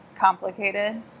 Complicated